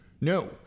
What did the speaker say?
No